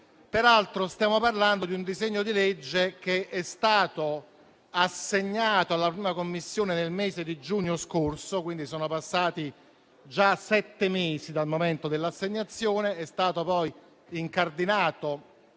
Peraltro stiamo parlando di un disegno di legge che è stato assegnato alla 1a Commissione nel mese di giugno scorso, quindi sono passati già sette mesi dal momento dell'assegnazione; esso è stato poi incardinato